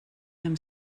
them